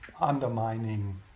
undermining